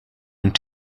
und